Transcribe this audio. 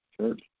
Church